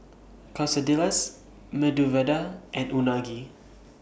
Quesadillas Medu Vada and Unagi